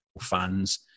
fans